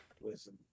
Listen